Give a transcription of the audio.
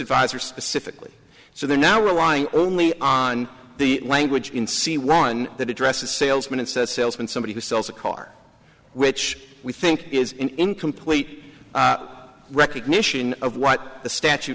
advisor specifically so they're now relying only on the language in c one that addresses salesman and says salesman somebody who sells a car which we think is incomplete recognition of what the statu